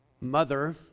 mother